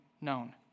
known